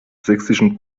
sächsischen